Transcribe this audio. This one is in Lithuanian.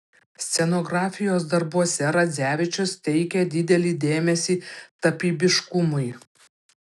scenografijos darbuose radzevičius teikė didelį dėmesį tapybiškumui